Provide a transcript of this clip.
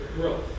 growth